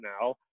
now